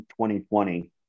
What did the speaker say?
2020